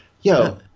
yo